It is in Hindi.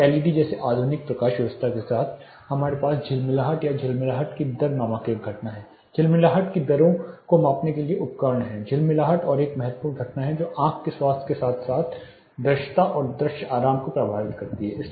फिर एल ई डी जैसे आधुनिक प्रकाश व्यवस्था के साथ हमारे पास झिलमिलाहट या झिलमिलाहट की दर नामक एक घटना है झिलमिलाहट की दरों को मापने के लिए उपकरण हैं झिलमिलाहट एक और महत्वपूर्ण घटना है जो आंख के स्वास्थ्य के साथ साथ दृश्यता और दृश्य आराम को प्रभावित करती है